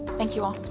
thank you all.